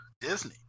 Disney